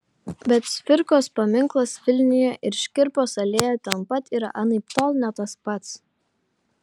bet cvirkos paminklas vilniuje ir škirpos alėja ten pat yra anaiptol ne tas pats